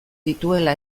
dituela